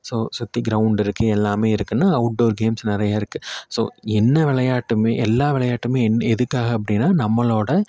so சுற்றி ground இருக்கு எல்லாமே இருக்குனா அவுட்டோர் கேம்ஸ் நிறைய இருக்கு ஸோ என்ன விளையாட்டுமே எல்லா விளையாட்டுமே எதுக்காக அப்படினா நம்மளோட